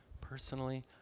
personally